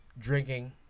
drinking